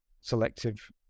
selective